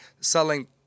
selling